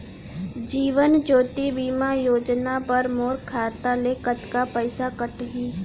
जीवन ज्योति बीमा योजना बर मोर खाता ले कतका पइसा कटही?